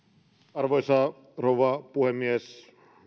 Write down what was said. arvoisa rouva puhemies